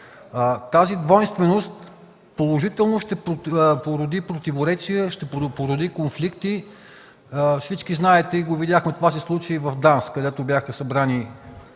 Тази двойственост положително ще породи противоречия, ще породи конфликти. Всички знаете, видяхме, че това се случи и в ДАНС, където бяха събрани